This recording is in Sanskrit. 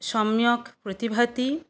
सम्यक् प्रतिभाति